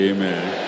Amen